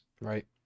Right